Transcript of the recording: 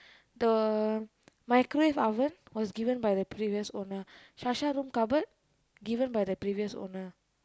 the microwave oven was given by the previous owner Sasha room cupboard given by the previous owner